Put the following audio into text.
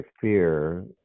fear